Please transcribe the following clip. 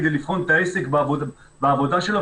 כדי לבחון את העסק בעבודה שלו,